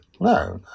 No